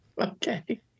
Okay